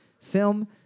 film